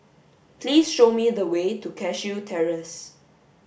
please show me the way to Cashew Terrace